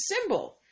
symbol